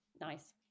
Nice